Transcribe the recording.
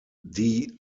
die